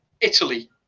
Italy